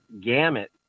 gamut